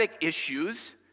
issues